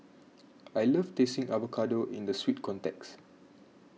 I love tasting avocado in the sweet context